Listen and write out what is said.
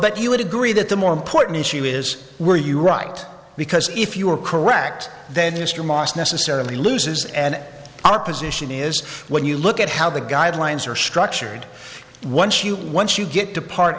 but you would agree that the more important issue is were you right because if you are correct then history must necessarily loses and our position is when you look at how the guidelines are structured once you once you get to part